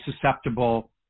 susceptible